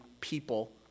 people